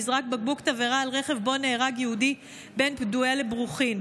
נזרק בקבוק תבערה על רכב שבו נהג יהודי בין פדואל לברוכין.